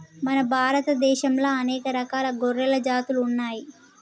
మన భారత దేశంలా అనేక రకాల గొర్రెల జాతులు ఉన్నయ్యి